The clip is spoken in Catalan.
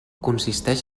consisteix